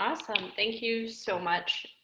awesome. thank you so much,